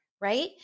Right